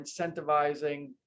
incentivizing